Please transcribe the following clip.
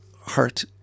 heart